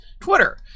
Twitter